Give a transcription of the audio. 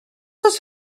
oes